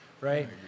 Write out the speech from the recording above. right